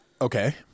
Okay